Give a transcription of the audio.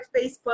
facebook